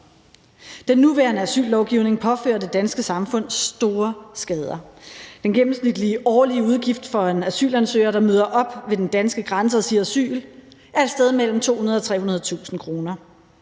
Den nuværende asyllovgivning påfører det danske samfund store skader. Den gennemsnitlige årlige udgift for en asylansøger, der møder op ved den danske grænse og siger ordet asyl, er et sted mellem 200.000 kr. og 300.000